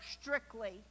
strictly